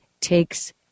takes